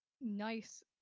nice